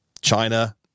China